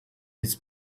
its